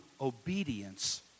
obedience